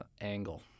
angle